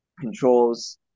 controls